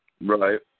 Right